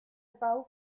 pau